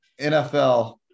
NFL